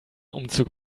umzug